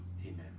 Amen